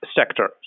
sector